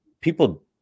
people